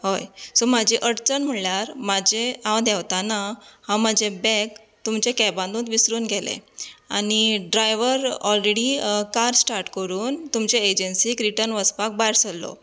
हय सो म्हजी अडचण म्हणल्यार म्हजे हांव देंवताना हांव म्हजे बॅग तुमच्या कॅबानूच विसरून गेलें आनी ड्रायव्हर ओलरेडी कार स्टार्ट करून तुमचे ऍजेन्सिक रिर्टन वचपाक भायर सरलो